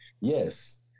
Yes